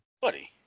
buddy